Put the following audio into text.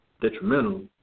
Detrimental